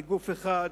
כגוף אחד,